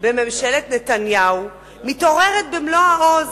בממשלת נתניהו מתעוררת במלוא העוז,